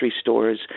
stores